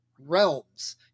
realms